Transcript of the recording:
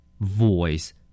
Voice